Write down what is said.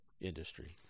industry